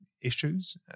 issues